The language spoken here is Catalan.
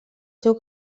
seu